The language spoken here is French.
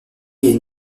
est